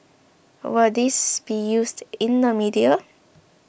will this be used in the media